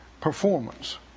Performance